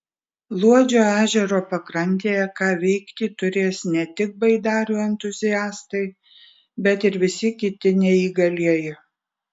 luodžio ežero pakrantėje ką veikti turės ne tik baidarių entuziastai bet ir visi kiti neįgalieji